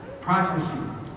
practicing